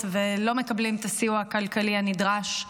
ולא מקבלים את הסיוע הכלכלי הנדרש.